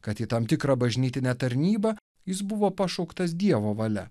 kad į tam tikrą bažnytinę tarnybą jis buvo pašauktas dievo valia